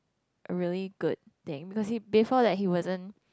a really good thing because before that he wasn't